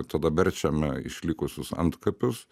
ir tada verčiame išlikusius antkapius